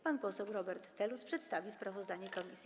Pan poseł Robert Telus przedstawi sprawozdanie komisji.